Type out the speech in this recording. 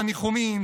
הניחומים,